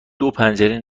دوپنجره